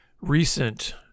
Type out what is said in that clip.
recent